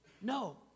No